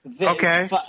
Okay